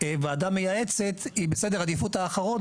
וועדה מייעצת היא בסדר עדיפות אחרון,